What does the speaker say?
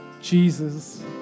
Jesus